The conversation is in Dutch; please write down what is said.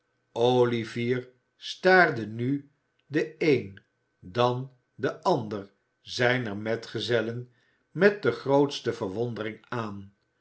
olivier staarde nu den een dan den ander zijner metgezellen met de grootste verwondering aan